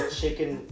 chicken